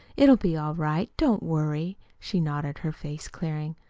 it'll be all right. don't worry, she nodded, her face clearing.